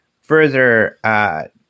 further